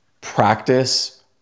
practice